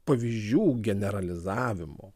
pavyzdžių generalizavimo